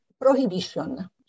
prohibition